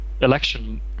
election